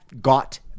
got